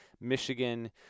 Michigan